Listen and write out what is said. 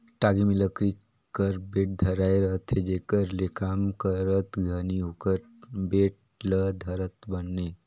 टागी मे लकरी कर बेठ धराए रहथे जेकर ले काम करत घनी ओकर बेठ ल धरत बने